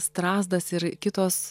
strazdas ir kitos